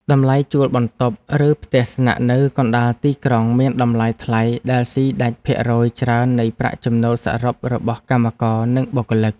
តម្លៃជួលបន្ទប់ ឬផ្ទះស្នាក់នៅកណ្តាលទីក្រុងមានតម្លៃថ្លៃដែលស៊ីដាច់ភាគរយច្រើននៃប្រាក់ចំណូលសរុបរបស់កម្មករនិងបុគ្គលិក។